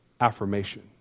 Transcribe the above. affirmation